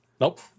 Nope